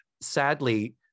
Sadly